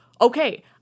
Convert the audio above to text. okay